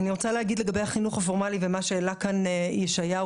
לגבי החינוך הפורמלי ומה שהעלה כאן ישעיהו,